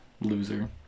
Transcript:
loser